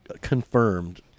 confirmed